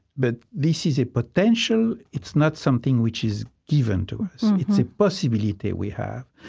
but this is a potential. it's not something which is given to us. it's a possibility we have.